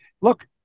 look